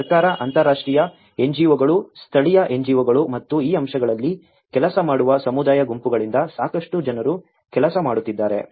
ಸರ್ಕಾರ ಅಂತರರಾಷ್ಟ್ರೀಯ ಎನ್ಜಿಒಗಳು ಸ್ಥಳೀಯ ಎನ್ಜಿಒಗಳು ಮತ್ತು ಈ ಅಂಶಗಳಲ್ಲಿ ಕೆಲಸ ಮಾಡುವ ಸಮುದಾಯ ಗುಂಪುಗಳಿಂದ ಸಾಕಷ್ಟು ಜನರು ಕೆಲಸ ಮಾಡುತ್ತಿದ್ದಾರೆ